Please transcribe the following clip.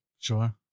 Sure